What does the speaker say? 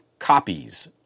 copies